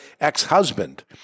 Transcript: ex-husband